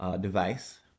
device